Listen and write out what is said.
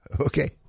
Okay